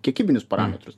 kiekybinius parametrus